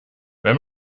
wenn